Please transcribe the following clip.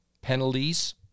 penalties